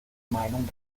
meinung